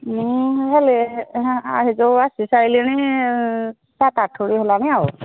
ମୁଁ ହେଲେ ଯୋଉ ଆସି ସାରିଲଣି ସାତ ଆଠ ଦିନ ହେଲାଣି ଆଉ